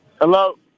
Hello